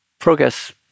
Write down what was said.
progress